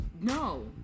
No